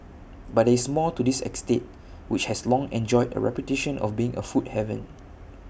but there is more to this estate which has long enjoyed A reputation of being A food haven